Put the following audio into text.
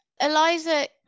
Eliza